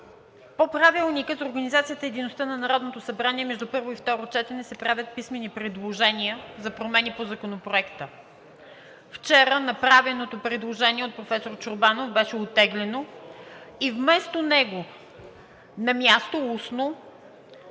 събрание между първо и второ четене се правят писмени предложения за промени по Законопроекта, а вчера направеното предложение от професор Чорбанов беше оттеглено и вместо него на място – устно,